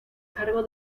cargo